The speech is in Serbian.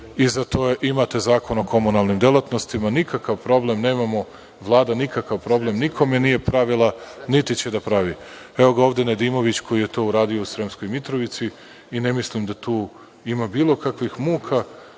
i za to imate Zakon o komunalnim delatnostima. Nikakav problem nemamo. Vlada nikakav problem nikome nije pravila, niti će da pravi. Evo ga ovde Nedimović koji je to uradio u Sremskoj Mitrovici i ne mislim da tu ima bilo kakvih muka